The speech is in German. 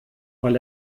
weil